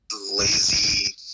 lazy